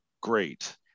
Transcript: great